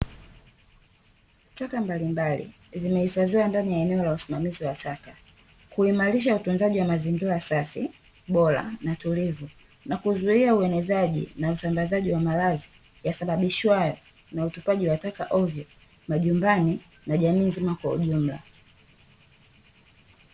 Taka mbalimbali zimehifadhiwa ndani ya eneo la usimamizi wa taka, kuimarisha utunzaji wa mazingira safi, bora na tulivu na kuzuia uenezaji na usambazaji wa maradhi, yasababishwayo na utupaji wa taka hovyo, majumbani na jamii nzima kwa ujumla.